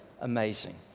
amazing